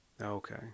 Okay